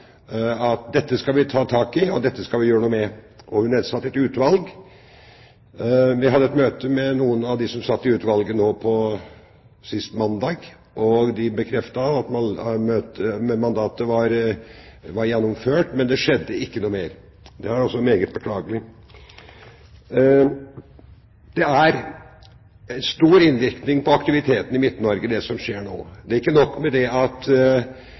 at dette skal vi ta tak i, og dette skal vi gjøre noe med. Hun nedsatte et utvalg. Vi hadde sist mandag et møte med noen av dem som satt i utvalget, og de bekreftet at mandatet var gjennomført, men det skjedde ikke noe mer. Det er meget beklagelig. Det som skjer nå, har stor innvirkning på aktiviteten i Midt-Norge. Ikke nok med at det rammer nåværende industri, og at det